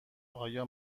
آیا